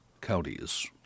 counties